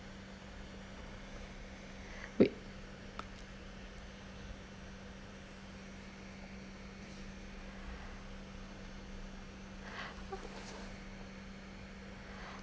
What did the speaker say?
wait